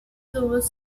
those